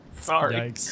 Sorry